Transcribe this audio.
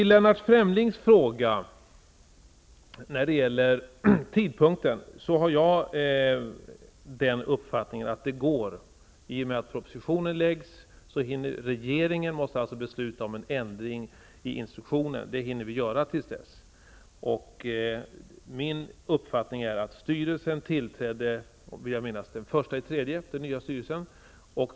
Lennart Fremling ställde en fråga om tidpunkten för tillträde. Min uppfattning är att det är möjligt med ett tillträde i och med att propositionen läggs fram. Regeringen måste besluta om en ändring i instruktionen. Det hinner vi göra tills propositionen läggs fram. Styrelsen tillträdde den 1 mars, vill jag minnas.